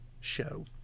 show